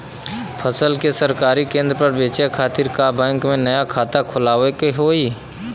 फसल के सरकारी केंद्र पर बेचय खातिर का बैंक में नया खाता खोलवावे के होई?